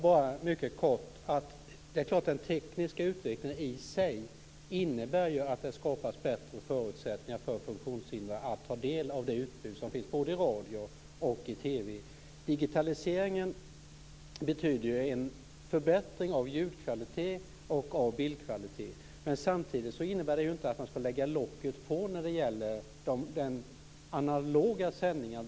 Fru talman! Det är klart att den tekniska utvecklingen i sig innebär att det skapas bättre förutsättningar för funktionshindrade att ta del av det utbud som finns både i radio och TV. Digitaliseringen medför ju en förbättring av ljudkvalitet och bildkvalitet. Men det innebär ju inte att man skall lägga locket på när det gäller de analoga sändningarna.